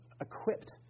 equipped